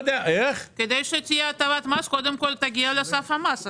כדי שתהיה הטבת מס, קודם כול תגיע לסף המס.